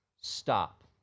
Stop